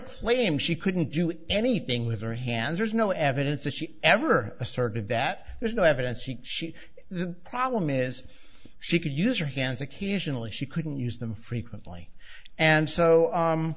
claimed she couldn't do anything with her hands there's no evidence that she ever asserted that there's no evidence he she the problem is she could use your hands occasionally she couldn't use them frequently and so